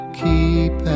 keep